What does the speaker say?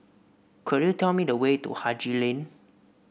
could you tell me the way to Haji Lane